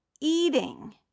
eating